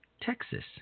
Texas